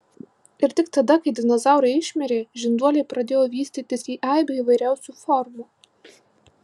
ir tik tada kai dinozaurai išmirė žinduoliai pradėjo vystytis į aibę įvairiausių formų